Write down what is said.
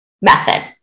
method